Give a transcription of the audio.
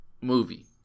movie